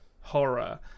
horror